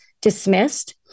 dismissed